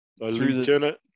Lieutenant